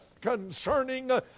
concerning